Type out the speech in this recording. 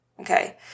Okay